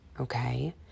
okay